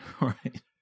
Right